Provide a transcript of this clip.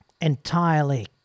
entirely